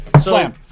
Slam